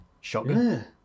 Shotgun